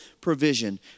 provision